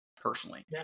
personally